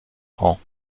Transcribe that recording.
ans